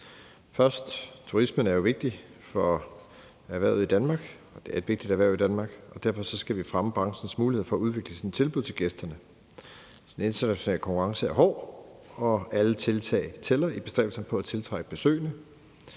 Turismen er jo et vigtigt erhverv i Danmark, og derfor skal vi fremme branchens muligheder for at udvikle sine tilbud til gæsterne. Den internationale konkurrence er hård, og alle tiltag tæller i bestræbelserne på at tiltrække besøgende.